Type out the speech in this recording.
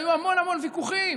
היו המון המון ויכוחים